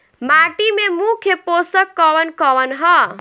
माटी में मुख्य पोषक कवन कवन ह?